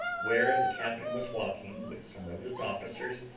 where the captain was walking with some of his officers,